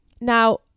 now